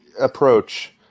approach